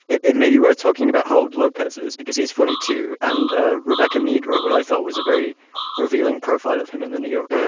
it it maybe worth talking about hope lopezes because he's forty two. and ah rebecca mead wrote what i thought was a very revealing profile of him in the new yorker.